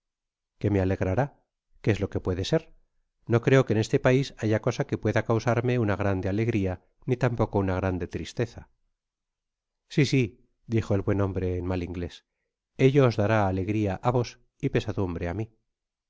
que me alegrarál qué es lo que puede ser no creo que en este pais haya cosa que pueda causarme una grande alegria ni tampoco una grande tristeza si si dijo el buen hombre en mal inglés ello os dará alegria á vos y pesadumbre á mi